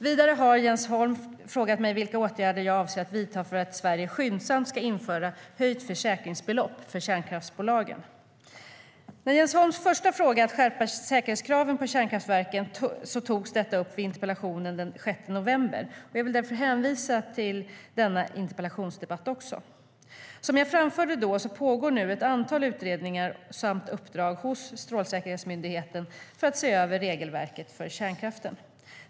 Vidare har Jens Holm frågat mig vilka åtgärder jag avser att vidta för att Sverige skyndsamt ska införa höjt försäkringsbelopp för kärnkraftsbolagen. När det gäller Jens Holms första fråga om att skärpa säkerhetskraven på kärnkraftverken togs detta upp vid interpellationen den 6 november och jag skulle därför vilja hänvisa till denna interpellationsdebatt. Som jag framförde då pågår nu ett antal utredningar samt uppdrag hos Strålsäkerhetsmyndigheten för att se över regelverket för kärnkraft.